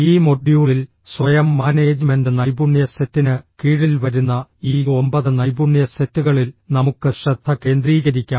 ഈ മൊഡ്യൂളിൽ സ്വയം മാനേജ്മെന്റ് നൈപുണ്യ സെറ്റിന് കീഴിൽ വരുന്ന ഈ ഒമ്പത് നൈപുണ്യ സെറ്റുകളിൽ നമുക്ക് ശ്രദ്ധ കേന്ദ്രീകരിക്കാം